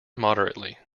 moderately